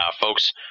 folks